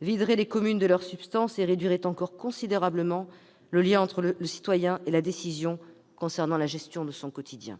viderait les communes de leur substance et distendrait encore considérablement le lien entre le citoyen et la décision intéressant son quotidien.